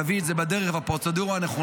תביא את זה בפרוצדורה נכונה,